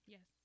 Yes